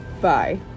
bye